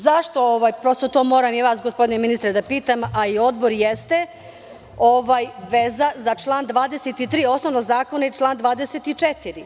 Zašto, prosto to moram i vas, gospodine ministre da pitam, a i odbor, jeste, veza za član 23, osnovno, zakon je član 24?